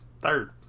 third